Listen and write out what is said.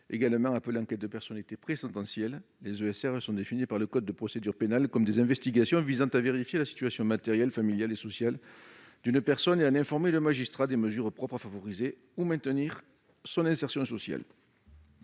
également appelées enquêtes de personnalité présentencielles. Les ESR sont définies par le code de procédure pénale comme des investigations visant à vérifier la situation matérielle, familiale et sociale d'une personne et à informer le magistrat des mesures propres à favoriser ou à maintenir son insertion sociale.